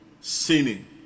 sinning